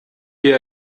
wir